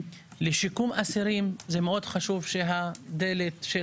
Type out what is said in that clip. לשיקום אסירים זה מאוד חשוב שהדלת של